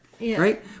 right